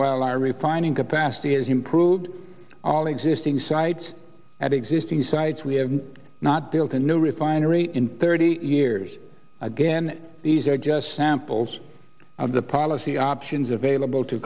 i refinance capacity is improved all existing site at existing sites we have not built a new refinery in thirty years again these are just samples of the policy options available to